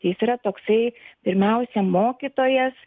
jis yra toksai pirmiausia mokytojas